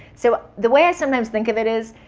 so, the way i sometimes think of it is,